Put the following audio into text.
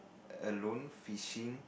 alone fishing